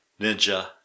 ninja